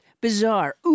bizarre